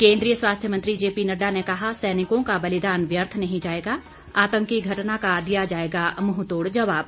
केंद्रीय स्वास्थ्य मंत्री जेपी नड्डा ने कहा सैनिकों का बलिदान व्यर्थ नहीं जाएगा आतंकी घटना का दिया जाएगा मुंहतोड़ जवाब